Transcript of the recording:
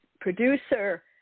producer